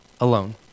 alone